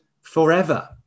forever